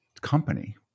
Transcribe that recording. company